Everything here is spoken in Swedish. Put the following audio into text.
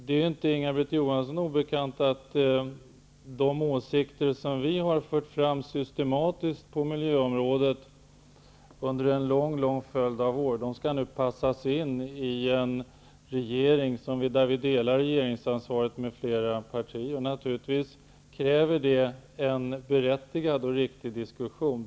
Det är inte Inga Britt Johansson obekant att de åsikter vi systematiskt har fört fram på miljöområdet under en lång följd av år nu skall passas in i en regering, där vi delar regeringsansvaret med flera partier. Naturligtvis kräver det en diskussion.